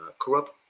corrupt